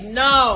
no